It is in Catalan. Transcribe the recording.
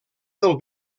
del